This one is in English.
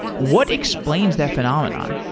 what explains that phenomenon?